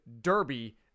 Derby